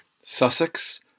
Sussex